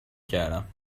کردم